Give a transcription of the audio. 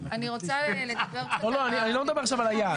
לא, אני לא מדבר עכשיו על היעד.